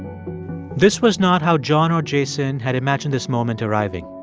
this was not how john or jason had imagined this moment arriving,